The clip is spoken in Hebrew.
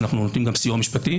שאנחנו נותנים גם סיוע משפטי,